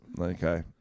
Okay